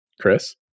Chris